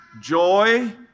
joy